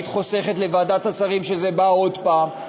היית חוסכת לוועדת השרים שזה בא אליה עוד פעם,